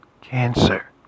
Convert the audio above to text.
cancer